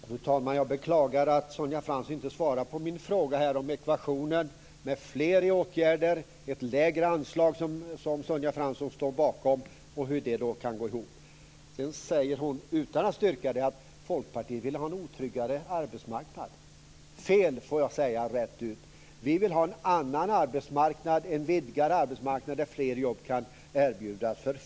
Fru talman! Jag beklagar att Sonja Fransson inte svarar på min fråga om ekvationen med fler i åtgärder och ett lägre anslag, som Sonja Fransson står bakom och som inte går ihop. Sedan säger hon, utan att styrka det, att Folkpartiet vill ha en otryggare arbetsmarknad. Det är fel! Det får jag säga rätt ut. Vi vill ha en annan arbetsmarknad, en vidgad arbetsmarknad där fler jobb kan erbjudas.